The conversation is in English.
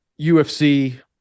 UFC